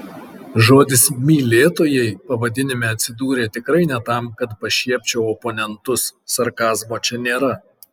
žodis mylėtojai pavadinime atsidūrė tikrai ne tam kad pašiepčiau oponentus sarkazmo čia nėra